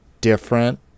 different